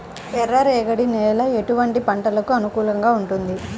ఎర్ర రేగడి నేల ఎటువంటి పంటలకు అనుకూలంగా ఉంటుంది?